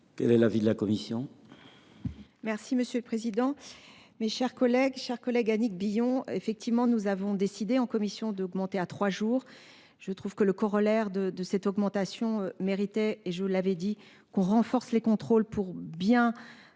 Quel est l’avis de la commission ?